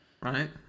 Right